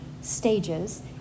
stages